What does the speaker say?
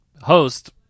host